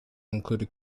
include